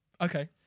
okay